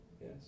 Yes